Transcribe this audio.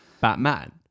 Batman